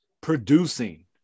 producing